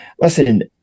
Listen